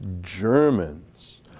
Germans